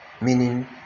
Meaning